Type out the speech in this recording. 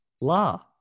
La